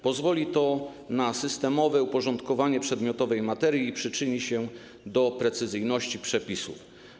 Pozwoli to na systemowe uporządkowanie przedmiotowej materii i przyczyni się do sprecyzowania przepisów.